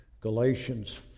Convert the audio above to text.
Galatians